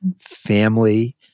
family